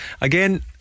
again